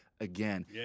again